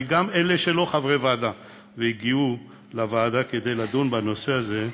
וגם אלה שהם לא חברי הוועדה והגיעו לוועדה כדי לדון בנושא הזה,